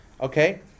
okay